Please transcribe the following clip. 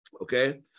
okay